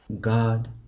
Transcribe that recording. god